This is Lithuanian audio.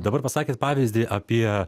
dabar pasakėt pavyzdį apie